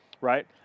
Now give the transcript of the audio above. right